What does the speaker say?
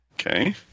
Okay